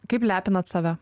kaip lepinat save